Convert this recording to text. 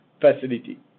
facility